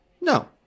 No